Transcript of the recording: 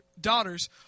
daughters